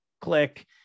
click